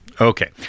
okay